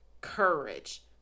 courage